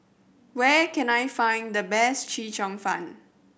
where can I find the best Chee Cheong Fun